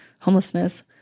homelessness